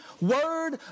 word